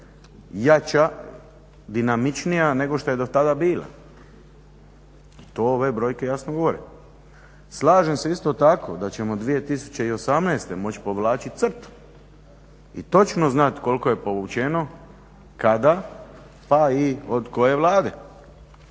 jača, dinamičnija nego što je do tada bila i to ove brojke jasno govore. Slažem se isto tako da ćemo 2018. moći povlačiti crtu i točno znati koliko je povućeno kada pa i od koje Vlade.